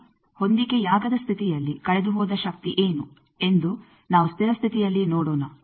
ಈಗ ಹೊಂದಿಕೆಯಾಗದ ಸ್ಥಿತಿಯಲ್ಲಿ ಕಳೆದುಹೋದ ಶಕ್ತಿ ಏನು ಎಂದು ನಾವು ಸ್ಥಿರ ಸ್ಥಿತಿಯಲ್ಲಿ ನೋಡೋಣ